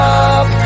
up